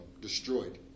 destroyed